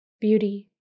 Beauty